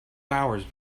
hours